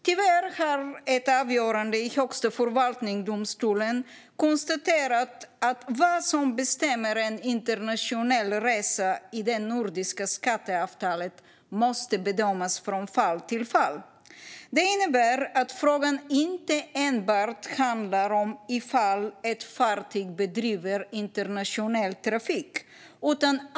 Tyvärr har ett avgörande i Högsta förvaltningsdomstolen konstaterat att vad som ska ses som en internationell resa i det nordiska skatteavtalet måste bedömas från fall till fall. Det innebär att frågan inte enbart handlar om huruvida ett fartyg bedriver internationell trafik.